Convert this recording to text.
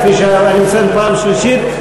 כפי שאני מציין בפעם השלישית,